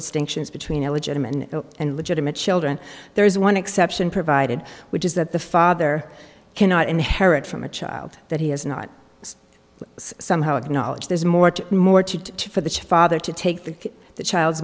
distinctions between a legitimate and legitimate children there is one exception provided which is that the father cannot inherit from a child that he has not somehow acknowledge there's more to more to to for the father to take the child's